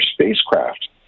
spacecraft